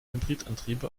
hybridantriebe